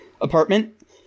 apartment